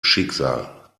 schicksal